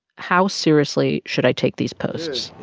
how seriously should i take these posts?